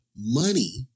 money